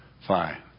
Fine